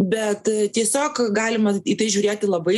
bet tiesiog galima į tai žiūrėti labai